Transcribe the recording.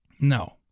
no